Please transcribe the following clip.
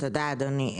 תודה, אדוני.